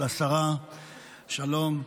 לשרה שלום,